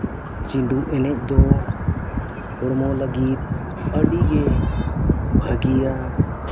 ᱪᱷᱤᱸᱰᱩ ᱮᱱᱮᱡ ᱫᱚ ᱦᱚᱲᱢᱚ ᱞᱟᱹᱜᱤᱫ ᱟᱹᱰᱤ ᱜᱮ ᱵᱷᱟᱹᱜᱤᱭᱟ